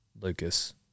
Lucas